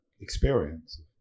experience